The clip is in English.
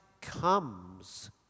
comes